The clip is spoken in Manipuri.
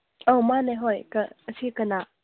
ꯑꯧ ꯃꯥꯅꯦ ꯍꯣꯏ ꯑꯁꯤ ꯀꯅꯥ